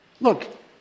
Look